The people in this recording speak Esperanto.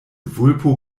vulpo